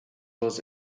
was